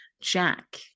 Jack